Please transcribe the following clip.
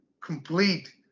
complete